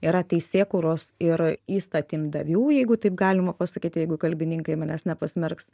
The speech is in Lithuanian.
yra teisėkūros ir įstatymdavių jeigu taip galima pasakyti jeigu kalbininkai manęs nepasmerks